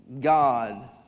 God